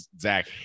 Zach